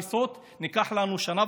יש לנו הצעה.